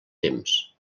temps